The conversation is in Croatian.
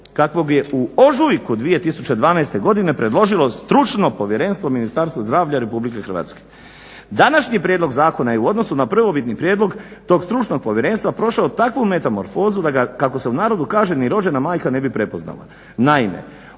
kakvog je u ožujku 2012. predložilo Stručno povjerenstvo Ministarstva zdravlja Republike Hrvatske. Današnji prijedlog zakona je u odnosu na prvobitni prijedlog tog stručnog povjerenstva prošao takvu metamorfozu da ga, kako se u narodu kaže, ni rođena majka ne bi prepoznala. Naime,